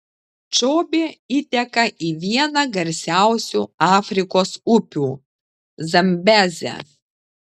čobė įteka į vieną garsiausių afrikos upių zambezę